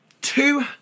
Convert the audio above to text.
Two